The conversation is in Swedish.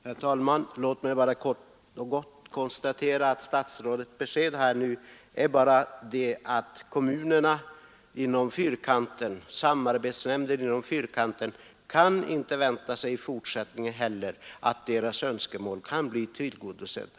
Herr talman! Låt mig bara helt kort konstatera att statsrådets besked nu är att samarbetsnämnden för kommunerna inom Fyrkanten inte heller i fortsättningen kan vänta sig att dess önskemål kan bli tillgodosedda.